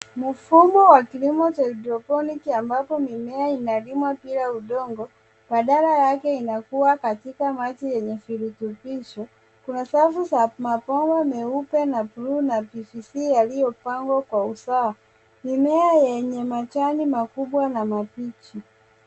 Mfumo wa kilimo cha hydroponic ambapo mimea inalimwa bila udongo. Badala yake inakua katika maji yenye virutubisho. Kuna safu za mabomba meupe na bluu na PVC yaliyopangwa kwa usawa, mimea yenye majani makubwa na mabichi.